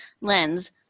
lens